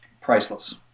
priceless